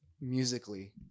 musically